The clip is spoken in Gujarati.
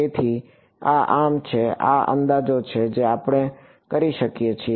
તેથી આ આમ છે આ અંદાજો છે જે આપણે કરી શકીએ છીએ